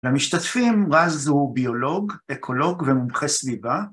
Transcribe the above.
למשתתפים רז הוא ביולוג, אקולוג ומומחה סביבה.